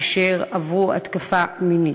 אשר עברו תקיפה מינית.